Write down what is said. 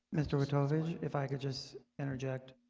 mr. wojtovich if i could just interject.